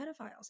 pedophiles